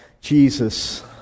Jesus